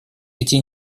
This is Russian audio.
эти